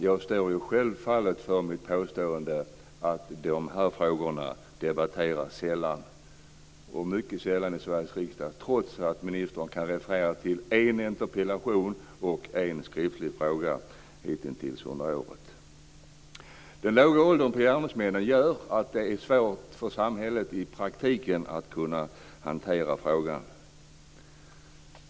Jag står självfallet för mitt påstående att de här frågorna mycket sällan debatteras i Sveriges riksdag, trots att ministern kan referera till en interpellation och en skriftlig fråga hitintills under året. Den låga åldern på gärningsmännen gör att det i praktiken är svårt för samhället att hantera denna fråga.